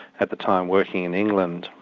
at the time working in england,